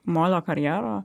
molio karjero